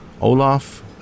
Olaf